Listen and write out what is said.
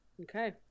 Okay